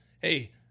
hey